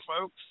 folks